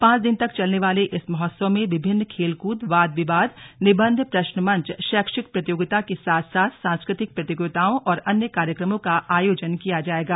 पांच दिन तक चलने वाले इस महोत्सव में विभिन्न खेलकूद वाद विवाद निबन्ध प्रश्न मंच शैक्षिक प्रतियोगिता के साथ साथ सांस्कृतिक प्रतियोगिताओ और अन्य कार्यक्रमो का आयोजन किया जायेगा